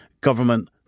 government